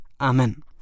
Amen